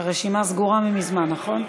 הרשימה סגורה מזמן, נכון.